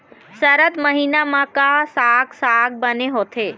सरद महीना म का साक साग बने होथे?